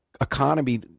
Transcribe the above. economy